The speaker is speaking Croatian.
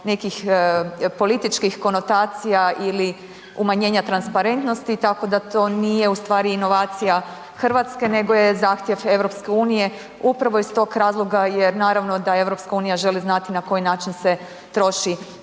nekih političkih konotacija ili umanjenja transparentnosti, tako da to nije ustvari inovacija Hrvatske nego je zahtjev EU-a upravo iz tog razloga jer naravno da EU želi znati na koji način se troši